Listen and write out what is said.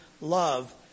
love